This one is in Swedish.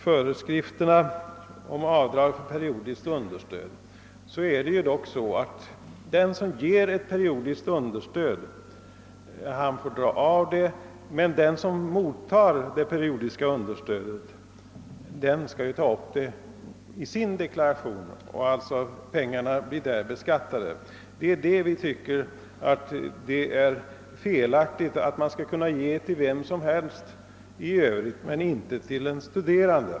Föreskrifterna om avdrag för periodiskt understöd medger att den som betalar ett periodiskt understöd får göra avdrag för detta, medan den som mottar det periodiska understödet skall ta upp det i sin deklaration. Där blir pengarna alltså beskattade. Det är enligt vår uppfattning felaktigt att man skall kunna ge periodiskt understöd till alla andra kategorier men inte till de studerande.